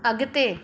अॻिते